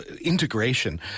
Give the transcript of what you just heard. integration